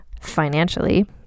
financially